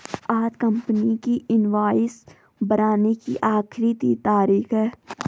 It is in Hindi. आज कंपनी की इनवॉइस बनाने की आखिरी तारीख है